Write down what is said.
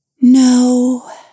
No